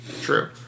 true